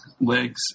legs